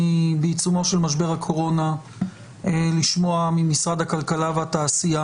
בעיצומו של משבר הקורונה לשמוע ממשרד הכלכלה והתעשייה,